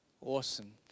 Awesome